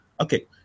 Okay